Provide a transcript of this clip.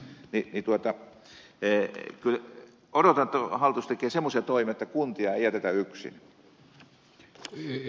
odotan että hallitus tekee semmoisia toimia että kuntia ei jätetä yksin